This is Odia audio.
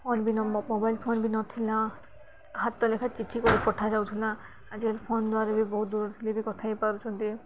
ଫୋନ୍ ବି ନ ମୋବାଇଲ୍ ଫୋନ୍ ବି ନଥିଲା ହାତ ଲେଖା ଚିଠି କରି ପଠାଯାଉଥିଲା ଆଜି ଫୋନ୍ ଦ୍ୱାରା ବି ବହୁତ ଦୂରରେ ଥିଲେ ବି କଥା ହେଇ ପାରୁଛନ୍ତି